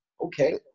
Okay